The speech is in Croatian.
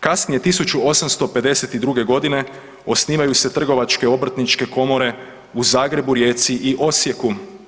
Kasnije 1852.g. osnivaju se trgovačke obrtničke komore u Zagrebu, Rijeci i Osijeku.